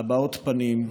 בהבעות פנים,